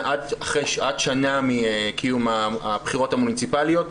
עד שנה מקיום הבחירות המוניציפאליות.